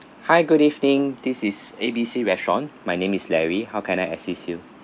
hi good evening this is A B C restaurant my name is larry how can I assist you